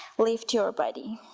lift your body